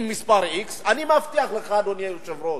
עם מספר x, אני מבטיח לך, אדוני היושב-ראש,